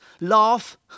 Laugh